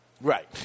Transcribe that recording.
Right